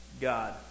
God